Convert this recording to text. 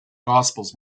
gospels